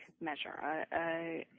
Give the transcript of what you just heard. measure